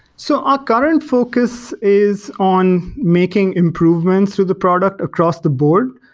so ah current focus is on making improvements through the product across the board.